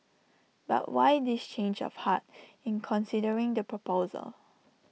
but why this change of heart in considering the proposal